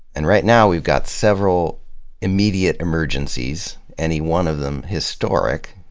and right now we've got several immediate emergencies, any one of them historic,